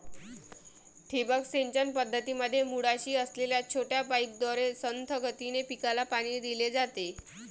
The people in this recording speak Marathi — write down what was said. ठिबक सिंचन पद्धतीमध्ये मुळाशी असलेल्या छोट्या पाईपद्वारे संथ गतीने पिकाला पाणी दिले जाते